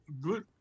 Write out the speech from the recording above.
good